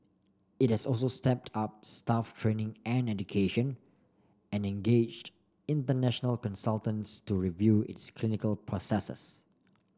it has also stepped up staff training and education and engaged international consultants to review its clinical processes